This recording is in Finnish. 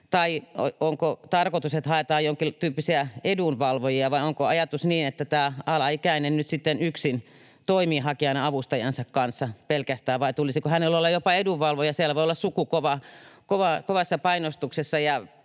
Vai onko tarkoitus, että haetaan jonkintyyppisiä edunvalvojia, vai onko ajatus niin, että tämä alaikäinen nyt sitten yksin toimii hakijana avustajansa kanssa pelkästään, vai tulisiko hänellä olla jopa edunvalvoja? Siellä voi olla suku kovassa painostuksessa